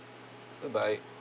bye bye